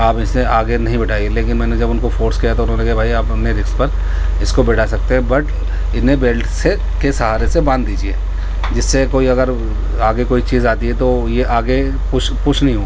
آپ اسے آگے نہیں بٹھائیے لیکن میں نے جب ان کو فورس کیا تو انہوں نے کہا کہ بھائی آپ اپنے رسک پر اس کو بیٹھا سکتے ہیں بٹ انہیں بیلٹ سے کے سہارے سے باندھ دیجیے جس سے کوئی اگر آگے کوئی چیز آتی ہے تو یہ آگے پش پش نہیں ہو